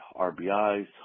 RBIs